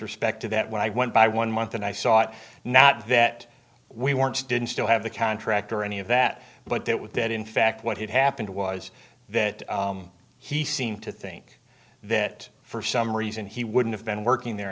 respect to that when i went by one month and i saw it not that we weren't didn't still have the contract or any of that but that with that in fact what had happened was that he seemed to think that for some reason he wouldn't have been working there